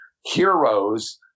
heroes